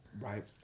right